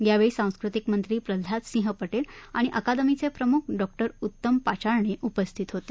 यावेळी सांस्कृतिक मंत्री प्रल्हाद सिंह पटेल आणि अकादमीचे प्रमुख डॉक्टर उत्तम पाचारने उपस्थित होते